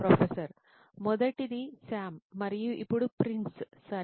professor మొదటిది Sam మరియు ఇప్పుడు ప్రిన్స్ సరే